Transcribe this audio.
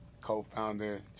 co-founder